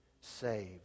saved